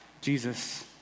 Jesus